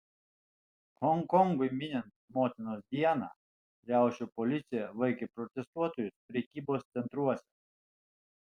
honkongui minint motinos dieną riaušių policija vaikė protestuotojus prekybos centruose